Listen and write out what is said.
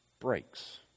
breaks